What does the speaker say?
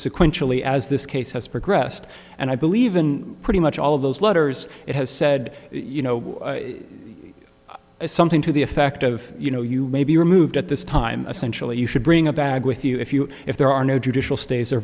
sequentially as this case has progressed and i believe in pretty much all of those letters it has said you know something to the effect of you know you may be removed at this time essentially you should bring a bag with you if you if there are no judicial stays